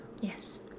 Yes